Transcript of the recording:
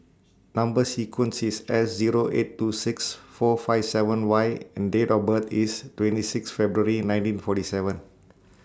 Number sequence IS S Zero eight two six four five seven Y and Date of birth IS twenty six February nineteen forty seven